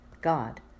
god